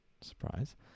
surprise